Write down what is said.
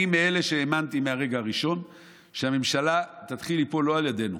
אני מאלה שהאמינו מהרגע הראשון שהממשלה תתחיל ליפול לא על ידינו.